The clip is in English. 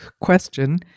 question